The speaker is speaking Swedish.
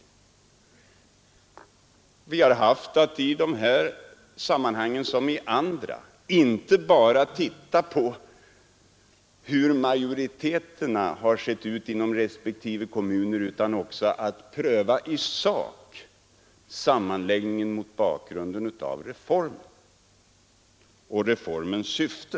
Vi har haft, att i dessa sammanhang, liksom i andra, inte att se på hur majoriteterna varit sammansatta inom respektive kommuner utan också att i sak pröva sammanläggningen mot bakgrund av reformen och dess syfte.